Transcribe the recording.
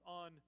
on